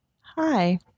Hi